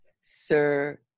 sir